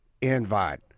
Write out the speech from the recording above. invite